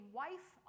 wife